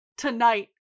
tonight